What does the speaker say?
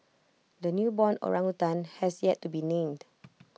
the newborn orangutan has yet to be named